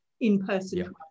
in-person